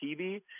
TV